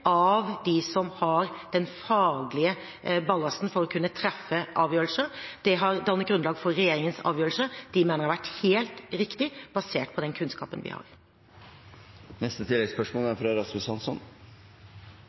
av dem som har den faglige ballasten for å kunne treffe avgjørelser. Det har dannet grunnlag for regjeringens avgjørelser, og de mener jeg har vært helt riktig basert på den kunnskapen vi